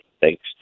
thanks